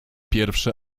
pierwsze